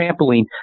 trampoline